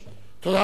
תודה רבה.